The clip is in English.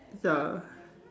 ya